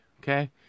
okay